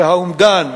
והאומדן,